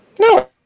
No